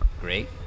great